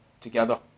together